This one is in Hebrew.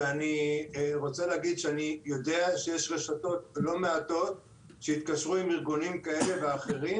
ואני יודע שיש רשתות לא מעטות שהתקשרו עם ארגונים כאלה ואחרים